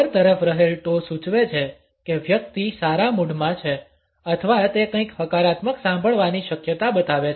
ઉપર તરફ રહેલ ટૉ સૂચવે છે કે વ્યક્તિ સારા મૂડ માં છે અથવા તે કંઈક હકારાત્મક સાંભળવાની શક્યતા બતાવે છે